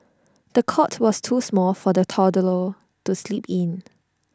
the cot was too small for the toddler to sleep in